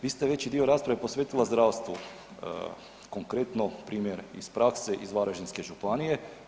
Vi ste veći dio rasprave posvetila zdravstvu, konkretno primjer iz prakse iz Varaždinske županije.